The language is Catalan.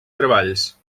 treballs